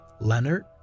leonard